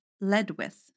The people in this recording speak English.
Ledwith